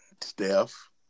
Steph